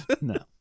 No